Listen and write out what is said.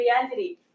reality